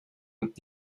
und